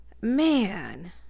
Man